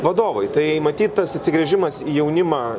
vadovai tai matyt tas atsigręžimas į jaunimą